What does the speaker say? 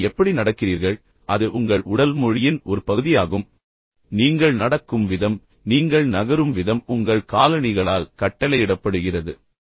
நீங்கள் எப்படி நடக்கிறீர்கள் ஆனால் அது உங்கள் உடல் மொழியின் ஒரு பகுதியாகும் நீங்கள் நடக்கும் விதம் நீங்கள் நகரும் விதம் உங்கள் காலணிகளால் கட்டளையிடப்படுகிறது